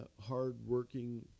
Hard-working